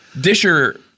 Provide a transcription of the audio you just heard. Disher